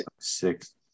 six